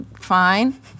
fine